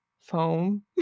foam